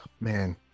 man